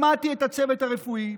שמעתי את הצוות הרפואי,